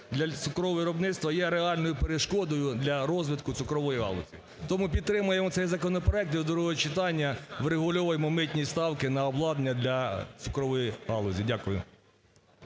для цукрового виробництва є реальною перешкодою для розвитку цукрової галузі. Тому підтримаємо цей законопроект до другого читання, врегульовуємо митні ставки на обладнання для цукрової галузі. Дякую.